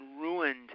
ruined